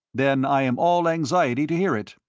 then i am all anxiety to hear it.